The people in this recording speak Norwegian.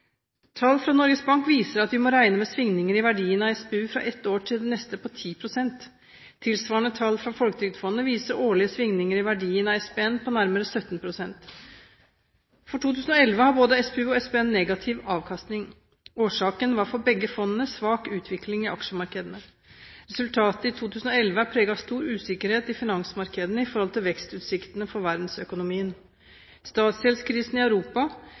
Tall fra Norges Bank viser at vi må regne med svingninger i verdien av SPU fra ett år til det neste på 10 pst. Tilsvarende tall fra Folketrygdfondet viser årlige svingninger i verdien av SPN på nærmere 17 pst. For 2011 har både SPU og SPN negativ avkastning. Årsaken var for begge fondene svak utvikling i aksjemarkedene. Resultatet i 2011 er preget av stor usikkerhet i finansmarkedene i forhold til vekstutsiktene for verdensøkonomien. Statsgjeldskrisen i Europa